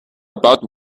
about